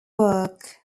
work